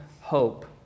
hope